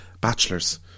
bachelors